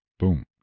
boom